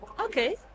Okay